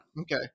Okay